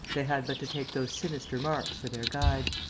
they had but to take those sinister marks for their guide.